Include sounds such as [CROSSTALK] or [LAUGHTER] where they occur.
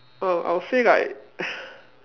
oh I'll say like [BREATH]